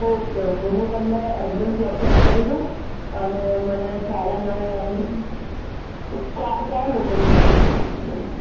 okay okay હું તમને address WhatsApp કરી દઉં અને મને સાડા નવ વાગ્યે ચા ચાર લોકો છીએ અમે